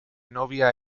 novia